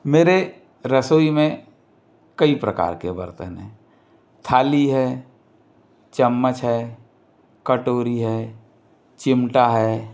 मेरे रसोई में कई प्रकार के बर्तन है थाली है चम्मच है कटोरी है चिमटा है